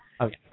okay